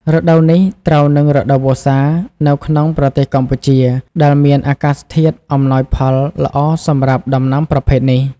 រដូវនេះត្រូវនឹង រដូវវស្សា នៅក្នុងប្រទេសកម្ពុជា ដែលមានអាកាសធាតុអំណោយផលល្អសម្រាប់ដំណាំប្រភេទនេះ។